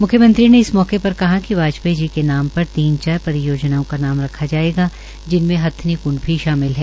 म्ख्यमत्री ने इस मौके पर कहा कि वाजपेयी जी के नाम पर तीन चार परियोजनाओं का नाम रखा जायेगा जिनमें हथिनीक्ंड भी शामिल है